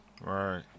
Right